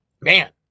man